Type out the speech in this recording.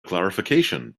clarification